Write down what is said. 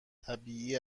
طبیعی